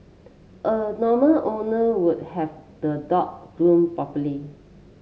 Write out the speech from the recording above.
a normal owner would have the dog groom properly